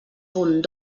punt